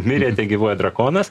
mirė tegyvuoja drakonas